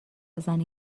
زنی